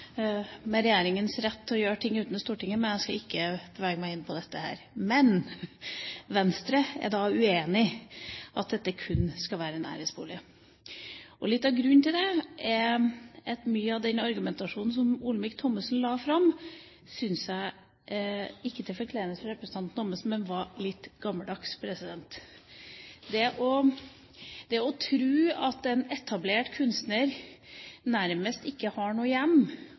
med hensyn til regjeringas rett til å gjøre ting utenom Stortinget, men jeg skal ikke bevege meg inn på dette her. Venstre er uenig i at dette kun skal være en æresbolig. Ikke til forkleinelse for representanten Thommessen, men litt av grunnen til det er at jeg syns mye av den argumentasjonen som Olemic Thommessen la fram, var litt gammeldags. Hvis man tror at en etablert kunstner nærmest ikke har noe hjem